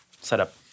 setup